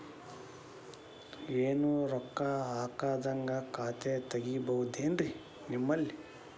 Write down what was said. ಏನು ರೊಕ್ಕ ಹಾಕದ್ಹಂಗ ಖಾತೆ ತೆಗೇಬಹುದೇನ್ರಿ ನಿಮ್ಮಲ್ಲಿ?